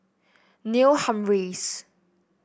Neil Humphreys